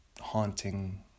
haunting